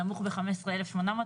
נמוך מ-15,800,